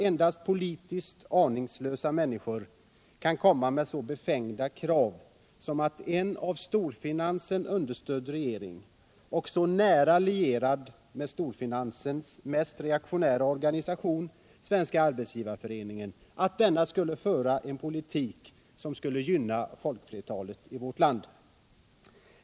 Endast politiskt aningslösa människor kan komma med så fåfänga krav som att en av storfinansen understödd regering och så nära lierad med storfinansens mest reaktionära organisation — Svenska arbetsgivareföreningen — skall föra en politik som gynnar folkflertalet.